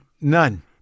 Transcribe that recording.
None